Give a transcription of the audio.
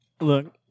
Look